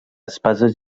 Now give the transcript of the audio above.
espases